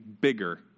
bigger